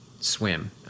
swim